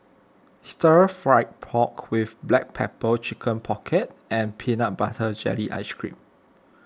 Stir Fried Pork with Black Pepper Chicken Pocket and Peanut Butter Jelly Ice Cream